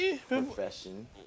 profession